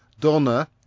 Donna